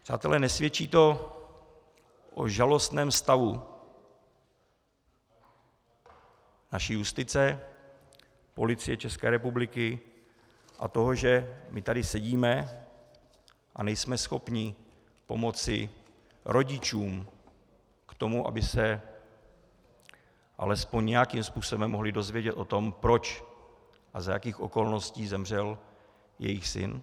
Přátelé, nesvědčí to o žalostném stavu naší justice, Policie České republiky a toho, že my tu sedíme a nejsme schopni pomoci rodičům k tomu, aby se alespoň nějakým způsobem mohli dozvědět o tom, proč a za jakých okolností zemřel jejich syn?